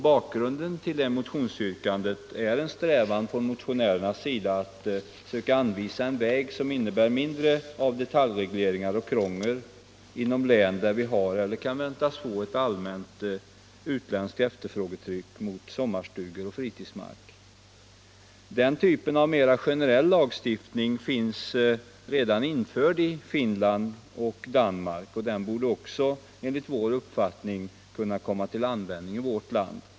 Bakgrunden till detta motionsyrkande är en strävan från motionärernas sida att försöka anvisa en väg som innebär mindre av detaljregleringar och krångel inom de län där vi har — eller väntas få — ett utländskt efterfrågetryck mot sommarstugor och fritidsmark. Denna typ av mera generell lagstiftning finns redan införd i Finland och Danmark, och den borde också enligt vår uppfattning kunna komma till användning i vårt land.